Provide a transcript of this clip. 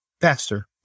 faster